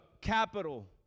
capital